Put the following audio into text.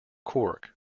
cork